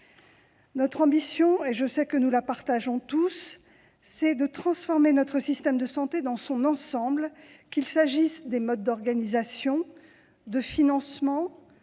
Notre ambition- et je sais que nous la partageons tous -consiste à transformer notre système de santé dans son ensemble ; qu'il s'agisse des modes d'organisation, du financement,